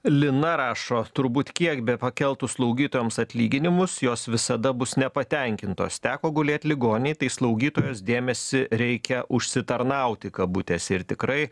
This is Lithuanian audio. lina rašo turbūt kiek bepakeltų slaugytojoms atlyginimus jos visada bus nepatenkintos teko gulėt ligoninėj tai slaugytojos dėmesį reikia užsitarnauti kabutėse ir tikrai